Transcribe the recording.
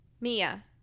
Mia